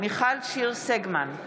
מיכל שיר סגמן,